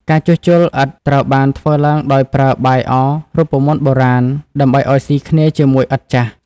ការជួសជុលឥដ្ឋត្រូវបានធ្វើឡើងដោយប្រើបាយអរូបមន្តបុរាណ ដើម្បីឱ្យស៊ីគ្នាជាមួយឥដ្ឋចាស់។